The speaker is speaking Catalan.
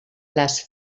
les